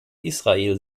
israel